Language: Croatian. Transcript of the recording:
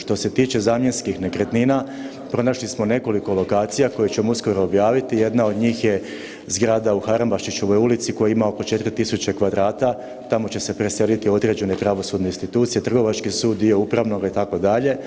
Što se tiče zamjenskih nekretnina, pronašli smo nekoliko lokacija koje ćemo uskoro objaviti jedna od njih je zgrada u Harambašićevoj ulici koja ima oko 4000 kvadrata, tamo će se preseliti određene pravosudne institucije, Trgovački sud, dio Upravnoga itd.